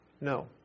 no